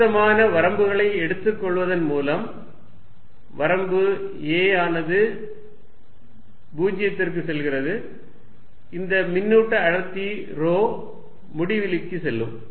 பொருத்தமான வரம்புகளை எடுத்துக்கொள்வதன் மூலம் வரம்பு a ஆனது 0 க்கு செல்கிறது இந்த மின்னூட்ட அடர்த்தி ρ முடிவிலிக்கு செல்லும்